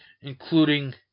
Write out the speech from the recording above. including